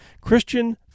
Christian